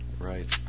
Right